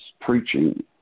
preaching